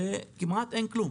וכמעט אין כלום.